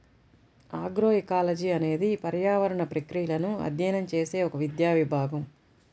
agroecology అనేది పర్యావరణ ప్రక్రియలను అధ్యయనం చేసే ఒక విద్యా విభాగం